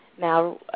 Now